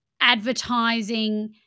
advertising